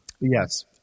yes